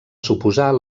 suposar